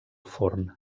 forn